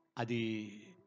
adi